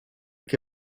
que